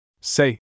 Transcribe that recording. Say